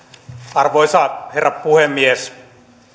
arvoisa herra puhemies